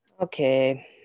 Okay